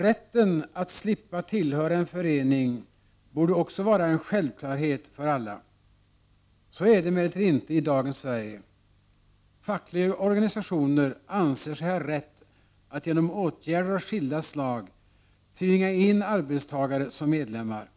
Rätten att slippa tillhöra en förening borde också vara en självklarhet för alla. Så är det emellertid inte i dagens Sverige. Fackliga organisationer anser sig ha rätt att genom åtgärder av skilda slag tvinga in arbetstagare som medlemmar.